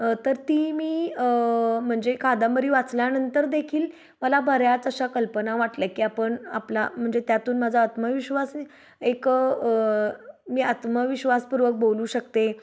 तर ती मी म्हणजे कादंबरी वाचल्यानंतर देखील मला बऱ्याच अशा कल्पना वाटल्या की आपण आपला म्हणजे त्यातून माझा आत्मविश्वास मी एक मी आत्मविश्वासपूर्वक बोलू शकते